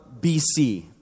BC